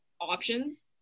options